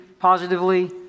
Positively